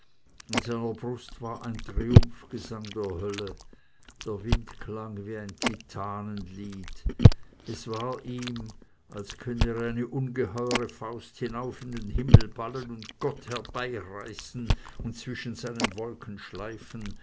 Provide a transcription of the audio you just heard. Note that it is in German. in seiner brust war ein triumphgesang der hölle der wind klang wie ein titanenlied es war ihm als könnte er eine ungeheure faust hinauf in den himmel ballen und gott herbeireißen und zwischen seinen wolken schleifen